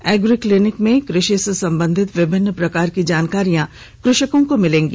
agree clinic में कृषि से संबंधित विभिन्न प्रकार की जानकारियां कृषकों को मिलेगी